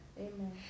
Amen